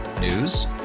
News